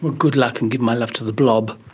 good luck, and give my love to the blob.